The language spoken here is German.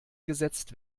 gesetzt